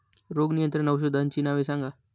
रोग नियंत्रण औषधांची नावे सांगा?